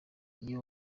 iyo